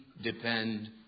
depend